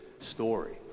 story